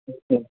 अच्छा